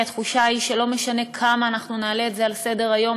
כי התחושה היא שלא משנה כמה אנחנו נעלה את זה על סדר-היום,